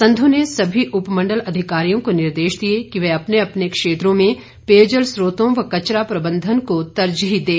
संधू ने सभी उपमंडल अधिकारियों को निर्देश दिए कि वह अपने अपने क्षेत्रों में पेयजल स्रोतों व कचरा प्रबंधन को तरजीह दें